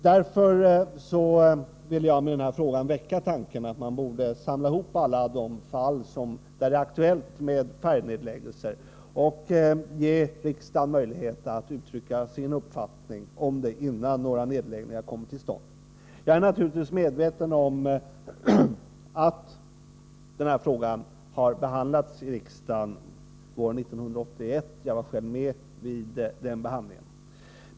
Därför vill jag med min fråga väcka tanken att man skall samla ihop alla de fall där det är aktuellt med färjenedläggningar och ge riksdagen möjlighet att uttrycka sin uppfattning, innan några nedläggningar kommer till stånd. Jag är naturligtvis medveten om att denna fråga behandlades av riksdagen 1981. Jag var själv med vid det tillfället.